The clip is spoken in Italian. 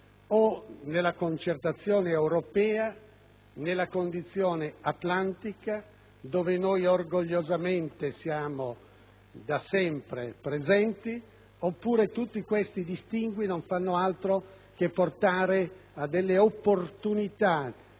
nella concertazione europea, nella condizione atlantica, dove noi orgogliosamente siamo da sempre presenti, oppure tutti questi distinguo non fanno altro che portare a opportunità